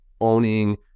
owning